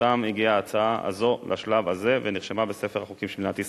שבזכותם הגיעה ההצעה הזו לשלב הזה ונרשמה בספר החוקים של מדינת ישראל.